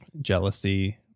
jealousy